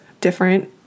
different